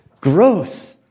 gross